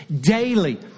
daily